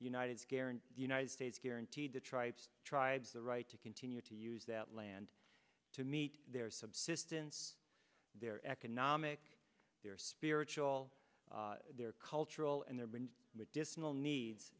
united guarantee the united states guaranteed the tribes tribes the right to continue to use that land to meet their subsistence their economic their spiritual their cultural and their brand medicinal needs